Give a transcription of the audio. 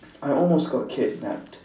I almost got kidnapped